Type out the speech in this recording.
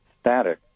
static